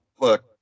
Look